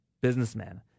businessman